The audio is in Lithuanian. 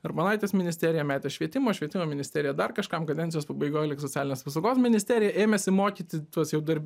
armonaitės ministerija metė švietimo švietimo ministerija dar kažkam kadencijos pabaigoj lyg socialinės apsaugos ministerija ėmėsi mokyti tuos jau dar